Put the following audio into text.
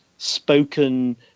spoken